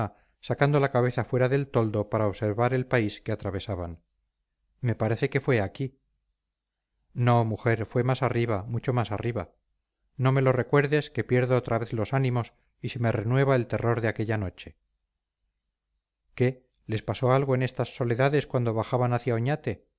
sacando la cabeza fuera del toldo para observar el país que atravesaban me parece que fue aquí no mujer fue más arriba mucho más arriba no me lo recuerdes que pierdo otra vez los ánimos y se me renueva el terror de aquella noche qué les pasó algo en estas soledades cuando bajaban hacia oñate